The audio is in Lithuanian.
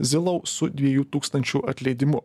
zilau su dviejų tūkstančių atleidimu